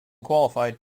qualified